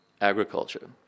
agriculture